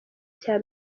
cya